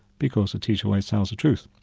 because the teacher always tells the truth.